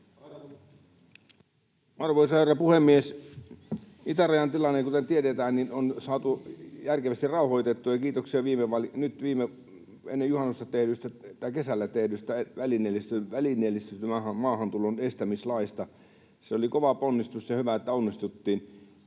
Arvoisa herra puhemies! Itärajan tilanne, kuten tiedetään, on saatu järkevästi rauhoitettua, ja kiitoksia kesällä tehdystä välineellistetyn maahantulon estämislaista. Se oli kova ponnistus, ja hyvä että onnistuttiin.